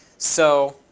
so